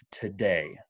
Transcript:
today